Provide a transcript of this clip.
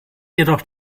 jedoch